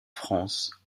france